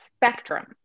Spectrum